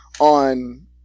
on